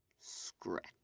scratch